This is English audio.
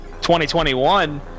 2021